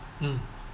mm